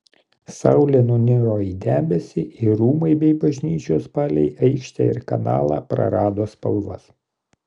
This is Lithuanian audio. saulė nuniro į debesį ir rūmai bei bažnyčios palei aikštę ir kanalą prarado spalvas